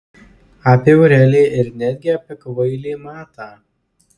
apie aureliją ir netgi apie kvailį matą